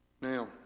Now